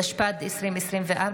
התשפ"ד 2024,